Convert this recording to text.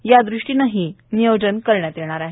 यादृष्टीनेही नियोजन करण्यात येणार आहे